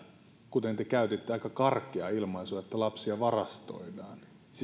kuten te käytitte aika karkeaa ilmaisua lapsia varastoidaan siis